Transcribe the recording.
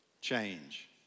Change